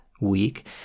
week